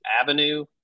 avenue